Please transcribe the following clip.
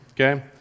okay